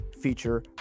feature